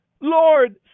Lord